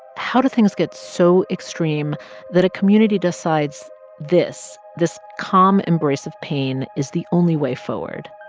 how do things get so extreme that a community decides this this calm embrace of pain is the only way forward?